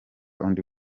undi